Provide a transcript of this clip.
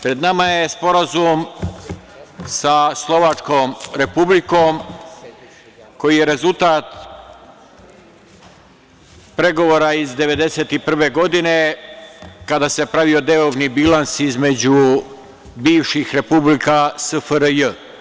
Pred nama je sporazum sa Slovačkom Republikom koji je rezultat pregovora iz 1991. godine kada se pravio deobni bilans između bivših republika SFRJ.